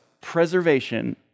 preservation